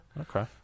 Okay